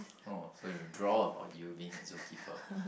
oh so you will draw of or you being a zoo keeper